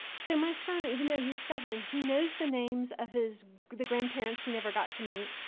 so my son, even though he's seven, he knows the names of his the grandparents he never got to meet,